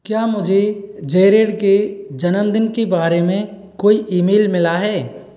क्या मुझे जेरेड के जन्मदिन के बारे में कोई ईमेल मिला है